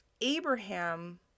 Abraham